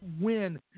win